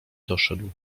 doszedł